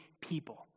people